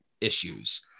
issues